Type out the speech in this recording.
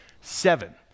Seven